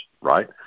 right